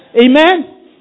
Amen